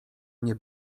nie